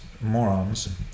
morons